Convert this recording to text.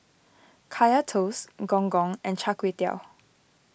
Kaya Toast Gong Gong and Char Kway Teow